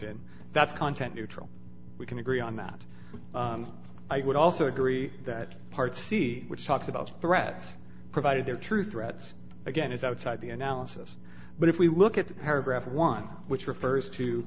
in that's content neutral we can agree on that i would also agree that part c which talks about threats provided they're true threats again it's outside the analysis but if we look at paragraph one which refers to